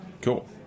Cool